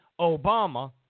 Obama